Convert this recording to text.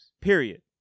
period